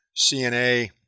CNA